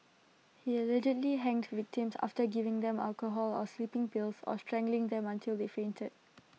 he allegedly hanged victims after giving them alcohol or sleeping pills or strangling them until they fainted